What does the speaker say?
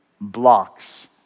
blocks